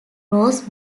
rose